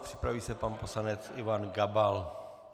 Připraví se pan poslanec Ivan Gabal.